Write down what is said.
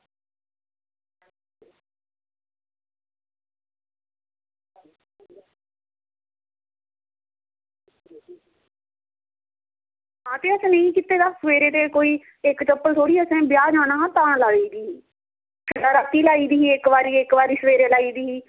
ते उस नेईं कीते दा सबेरे दा कोई इक्क चप्पल थोह्ड़ी ऐ असें ब्याह् कुत्त लाई ही ते रातीं लाई दी ही ते इक्क बारी सबेरै लाई दी ही